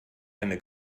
eine